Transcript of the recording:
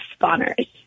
spawners